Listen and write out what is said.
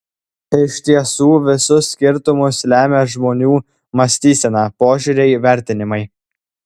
iš tiesų visus skirtumus lemia žmonių mąstysena požiūriai vertinimai